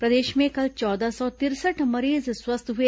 प्रदेश में कल चौदह सौ तिरसठ मरीज स्वस्थ हए